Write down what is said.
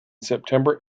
september